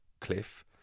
Cliff